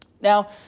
Now